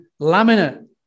laminate